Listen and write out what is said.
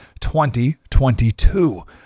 2022